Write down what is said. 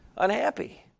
unhappy